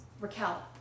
Raquel